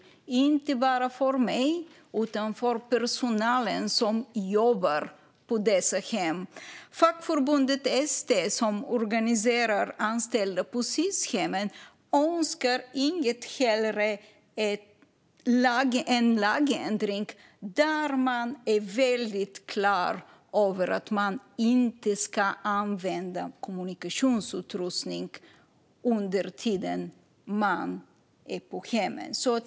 Det är den inte bara för mig utan också för personalen som jobbar på dessa hem. Fackförbundet ST, som organiserar anställda på Sis-hemmen, önskar inget hellre än en lagändring som är väldigt klar över att de unga inte ska använda kommunikationsutrustning under den tid som de är på hemmen.